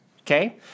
Okay